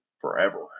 forever